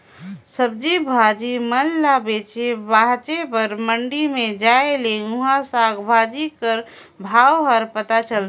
सब्जी भाजी मन ल बेचे भांजे बर मंडी में जाए ले उहां साग भाजी कर भाव हर पता चलथे